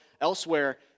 elsewhere